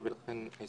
אוקי, אפשר להמשיך.